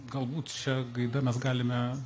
galbūt šia gaida mes galime